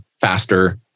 faster